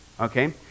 Okay